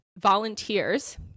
volunteers